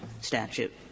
statute